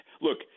Look